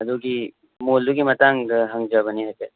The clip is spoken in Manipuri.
ꯑꯗꯨꯒꯤ ꯃꯣꯜꯗꯨꯒꯤ ꯃꯇꯥꯡꯗ ꯍꯪꯖꯕꯅꯦ ꯍꯥꯏꯐꯦꯠ